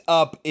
up